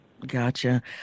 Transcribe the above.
Gotcha